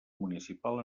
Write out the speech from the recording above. municipal